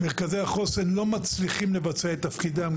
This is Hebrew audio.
מרכזי החוסן לא מצליחים לבצע את תפקידם,